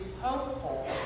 hopeful